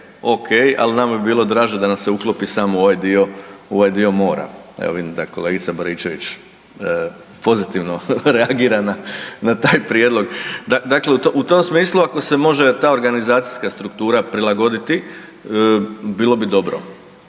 ali nama bi bilo draže da nas se uklopi samo u ovaj dio, u ovaj dio mora. Evo vidim da kolegica Baričević pozitivno reagira na taj prijedlog. Dakle, u tom smislu ako se može ta organizacijska struktura prilagoditi bilo bi dobro.